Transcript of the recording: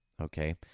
okay